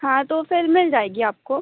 हाँ तो फिर मिल जाएगी आपको